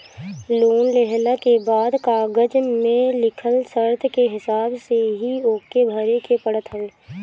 loan लेहला के बाद कागज में लिखल शर्त के हिसाब से ही ओके भरे के पड़त हवे